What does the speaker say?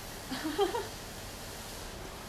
eh talking about civic right I want to buy a car